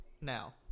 now